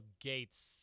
Gates